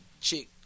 chick